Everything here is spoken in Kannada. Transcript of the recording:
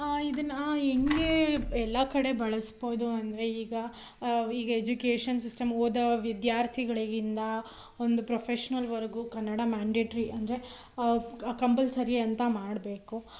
ಇದನ್ನು ಹೆಂಗೆ ಎಲ್ಲ ಕಡೆ ಬಳಸ್ಬೋದು ಅಂದರೆ ಈಗ ಈಗ ಎಜುಕೇಷನ್ ಸಿಸ್ಟಮ್ ಓದೋ ವಿದ್ಯಾರ್ಥಿಗಳಿಗಿಂತ ಒಂದು ಪ್ರೊಫೆಶ್ನಲ್ವರೆಗೂ ಕನ್ನಡ ಮ್ಯಾಂಡೇಟ್ರಿ ಅಂದರೆ ಕಂಪಲ್ಸರಿ ಅಂತ ಮಾಡಬೇಕು